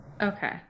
okay